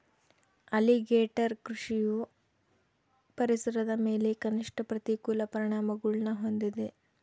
alligator ಕೃಷಿಯು ಪರಿಸರದ ಮೇಲೆ ಕನಿಷ್ಠ ಪ್ರತಿಕೂಲ ಪರಿಣಾಮಗುಳ್ನ ಹೊಂದಿದೆ